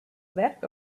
that